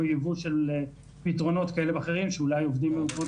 יבוא של פתרונות כאלה ואחרים שאולי עובדים במקומות